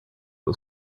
was